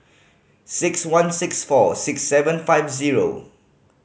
six one six four six seven five zero